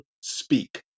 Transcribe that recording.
speak